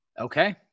Okay